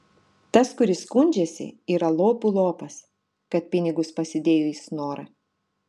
tas kuris skundžiasi yra lopų lopas kad pinigus pasidėjo į snorą